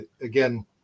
Again